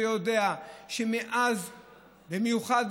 מאז במיוחד,